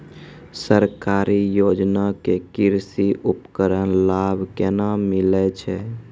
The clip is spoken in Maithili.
सरकारी योजना के कृषि उपकरण लाभ केना मिलै छै?